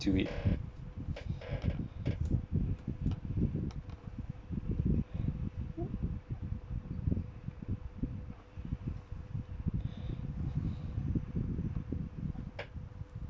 to it